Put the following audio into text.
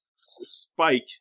Spike